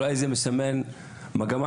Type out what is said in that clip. אולי זה מסמן מגמה,